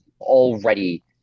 already